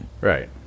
Right